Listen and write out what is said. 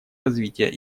развития